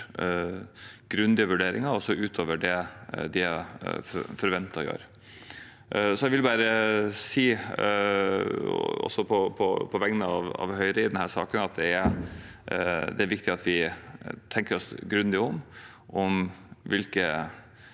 grundige vurderinger, også utover det de er forventet å gjøre. Jeg vil bare si på vegne av Høyre i denne saken at det er viktig at vi tenker oss grundig om når